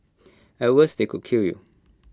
at worst they could kill you